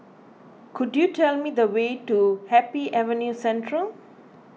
could you tell me the way to Happy Avenue Central